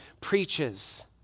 preaches